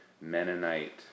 Mennonite